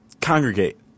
congregate